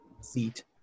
seat